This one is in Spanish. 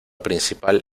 principal